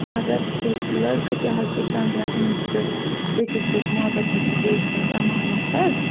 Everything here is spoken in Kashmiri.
مگر سُہ لٔڑکہٕ تہِ حظ چھُ سَمجان أمِس چھُ بیٚیہِ کِس سۭتۍ محبت یہِ چھِ بیٚکہِ سٕنٛز اَمانَتھ حظ